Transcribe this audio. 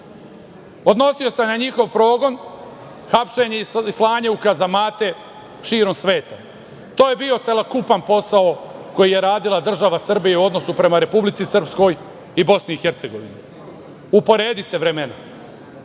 Odnosio se na njihov progon, hapšenje i slanje u kazamate širom sveta. To je bio celokupan posao koji je radila država Srbija u odnosu prema Republici Srpskoj i BiH. Uporedite vremena.